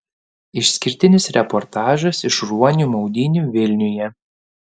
išskirtinis reportažas iš ruonių maudynių vilniuje